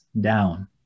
down